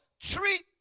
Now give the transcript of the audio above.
treat